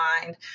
mind